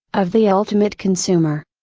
of the ultimate consumer.